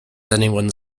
anyone